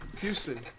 Houston